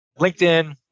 LinkedIn